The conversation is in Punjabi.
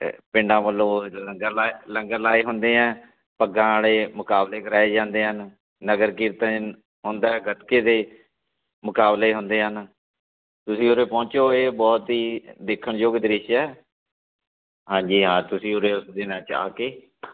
ਪਿੰਡਾਂ ਵੱਲੋਂ ਲੰਗਰ ਲਾਏ ਲੰਗਰ ਲਾਏ ਹੁੰਦੇ ਐਂ ਪੱਗਾਂ ਵਾਲੇ ਮੁਕਾਬਲੇ ਕਰਵਾਏ ਜਾਂਦੇ ਹਨ ਨਗਰ ਕੀਰਤਨ ਹੁੰਦਾ ਗੱਤਕੇ ਦੇ ਮੁਕਾਬਲੇ ਹੁੰਦੇ ਹਨ ਤੁਸੀਂ ਉਰੇ ਪਹੁੰਚੋ ਇਹ ਬਹੁਤ ਹੀ ਦੇਖਣਯੋਗ ਦ੍ਰਿਸ਼ ਹੈ ਹਾਂਜੀ ਹਾਂ ਤੁਸੀਂ ਉਰੇ ਉਸ ਦਿਨਾਂ 'ਚ ਆ ਕੇ